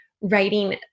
writing